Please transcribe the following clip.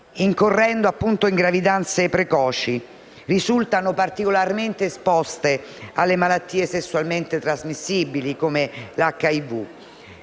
incorrendo in gravidanze precoci. Risultano particolarmente esposte alle malattie sessualmente trasmissibili, come l'HIV.